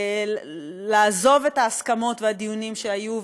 ולעזוב את ההסכמות והדיונים שהיו,